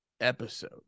episode